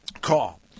call